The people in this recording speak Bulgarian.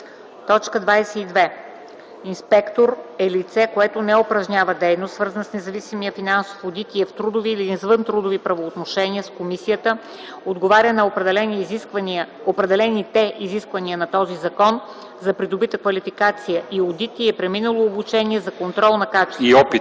и 27: „22. „Инспектор” е лице, което не упражнява дейност, свързана с независимия финансов одит, и е в трудови или извънтрудови правоотношения с комисията, отговаря на определените изисквания на този закон за придобита квалификация и опит и е преминало обучение за контрол на качеството.